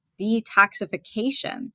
detoxification